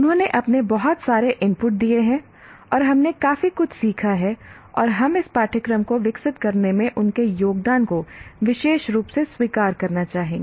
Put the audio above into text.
उन्होंने अपने बहुत सारे इनपुट दिए हैं और हमने काफी कुछ सीखा है और हम इस पाठ्यक्रम को विकसित करने में उनके योगदान को विशेष रूप से स्वीकार करना चाहेंगे